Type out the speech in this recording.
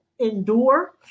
endure